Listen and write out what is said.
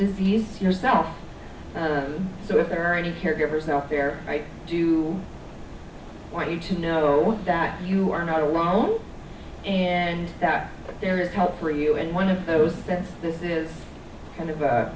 disease yourself so if there are any caregivers out there i do want you to know that you are not alone in that there is help for you and one of those this is kind of